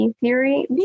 theory